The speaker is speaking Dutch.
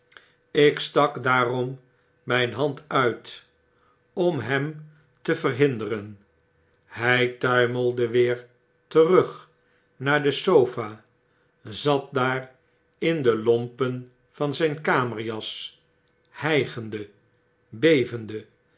ik stak daarom myn hand uit om hem te verhinderen fly tuimelde weer terug naar de sofa zat daar in de lompen van zyn kamerjas hygende bevende